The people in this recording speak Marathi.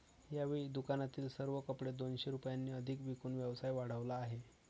यावेळी दुकानातील सर्व कपडे दोनशे रुपयांनी अधिक विकून व्यवसाय वाढवला आहे